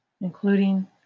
including